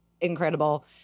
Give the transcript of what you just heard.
incredible